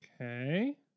Okay